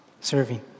serving